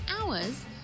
hours